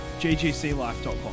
ggclife.com